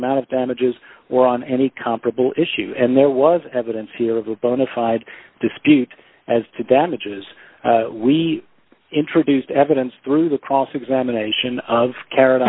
amount of damages or on any comparable issue and there was evidence here of a bona fide dispute as to damages we introduced evidence through the cross examination of car